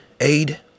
Aid